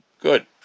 good